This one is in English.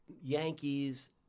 Yankees